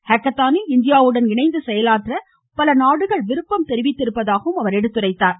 ஹேக்கத்தாவில் இந்தியாவுடன் இணைந்து செயலாற்ற பல நாடுகள் விருப்பம் தெரிவித்திருப்பதாகவும் அவர் எடுத்துரைத்தார்